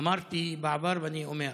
אמרתי בעבר, ואני אומר: